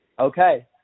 Okay